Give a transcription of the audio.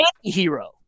hero